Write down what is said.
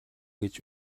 гэж